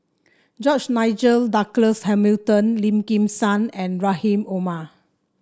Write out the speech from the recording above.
George Nigel Douglas Hamilton Lim Kim San and Rahim Omar